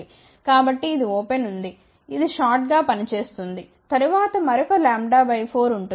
కాబట్టి ఇది ఓపెన్ ఉంది ఇది షార్ట్ గా పని చేస్తుంది తరువాత మరొక λ 4 ఉంటుంది